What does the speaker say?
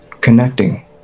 Connecting